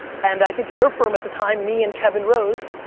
and i think your firm at the time, me and kevin rose,